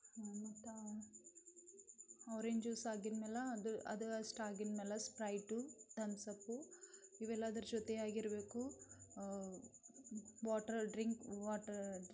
ಮತ್ತು orange juice ಆಗಿದ್ದ ಮೇಲೆ ಅದು ಅಷ್ಟು ಆಗಿದ್ದ ಮೇಲೆ ಸ್ಪ್ರೈಟು ಥಮ್ಸ್ ಅಪ್ ಇವೆಲ್ಲದರ ಜೊತೆಯಾಗಿರಬೇಕು ಬೊಟಲ್ ಡ್ರಿಂಕ್ ವಾಟರ್